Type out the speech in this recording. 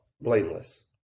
blameless